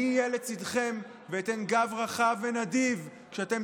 אני אהיה לצידכם ואתן גב רחב ונדיב כשאתם